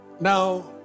now